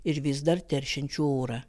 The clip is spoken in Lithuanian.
ir vis dar teršiančių orą